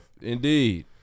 indeed